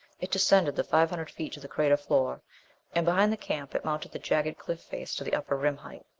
it descended the five hundred feet to the crater floor and, behind the camp, it mounted the jagged cliff-face to the upper rim height,